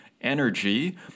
energy